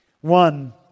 One